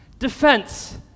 Defense